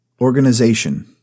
Organization